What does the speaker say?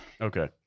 okay